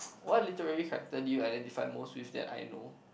what literally character do you identify most with that I know